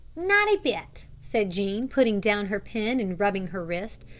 not a bit, said jean, putting down her pen and rubbing her wrist.